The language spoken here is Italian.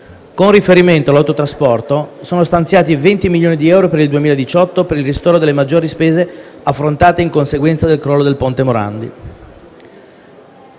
Con riferimento all’autotrasporto, sono stanziati 20 milioni di euro per il 2018 per il ristoro delle maggiori spese affrontate in conseguenza del crollo del ponte Morandi.